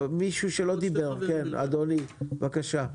מישהו שלא דיבר, כן אדוני, בבקשה.